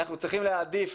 אנחנו צריכים להעדיף